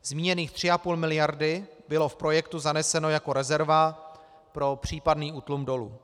Zmíněných 3,5 miliardy bylo v projektu zaneseno jako rezerva pro případný útlum dolu.